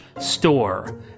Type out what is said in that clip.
store